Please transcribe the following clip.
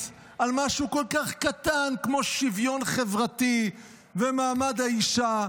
על משהו כל כך קטן כמו שוויון חברתי ומעמד האישה,